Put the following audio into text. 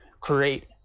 create